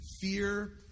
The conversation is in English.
fear